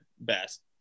best